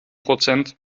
prozent